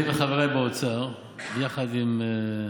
אני וחבריי באוצר, יחד עם,